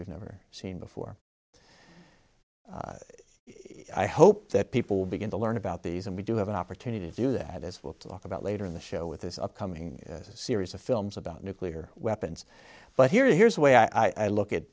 we've never seen before i hope that people begin to learn about these and we do have an opportunity to do that as we'll talk about later in the show with this upcoming series of films about nuclear weapons but here here's a way i look at